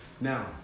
Now